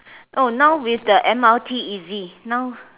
no now with the m_r_t easy now